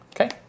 Okay